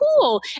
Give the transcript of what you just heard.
cool